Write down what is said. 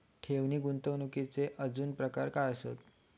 ठेव नी गुंतवणूकचे काय आजुन प्रकार आसत काय?